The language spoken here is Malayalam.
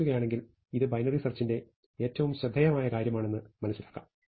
ചിന്തിക്കുകയാണെങ്കിൽ ഇത് ബൈനറി സെർച്ചിന്റെ ഏറ്റവും ശ്രദ്ധേയമായ കാര്യമാണെന്ന് മനസ്സിലാക്കാം